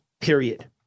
period